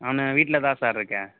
நான் வீட்டில்தான் சார் இருக்கேன்